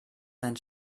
sein